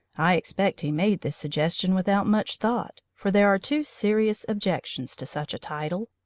i expect he made this suggestion without much thought, for there are two serious objections to such a title.